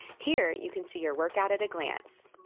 here you can see your workout at a glance.